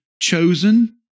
chosen